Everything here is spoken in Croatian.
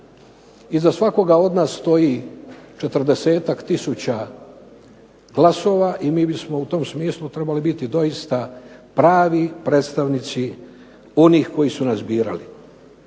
Iza svakoga od nas stoji četrdesetak tisuća glasova i mi bismo u tom smislu trebali biti doista pravi predstavnici onih koji su nas birali.